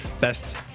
best